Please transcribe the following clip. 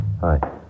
Hi